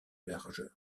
largeur